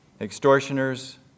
extortioners